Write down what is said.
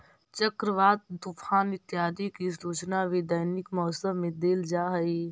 चक्रवात, तूफान इत्यादि की सूचना भी दैनिक मौसम में देल जा हई